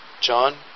John